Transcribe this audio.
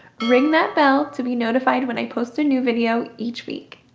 ring that bell to be notified when i post a new video each week.